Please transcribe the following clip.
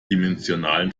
dimensionalen